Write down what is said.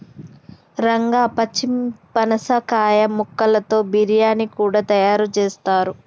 రంగా పచ్చి పనసకాయ ముక్కలతో బిర్యానీ కూడా తయారు చేస్తారు